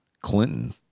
Clinton